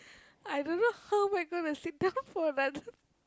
I don't know how am I gonna sit down for another